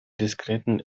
diskreten